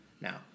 now